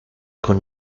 con